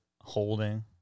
holding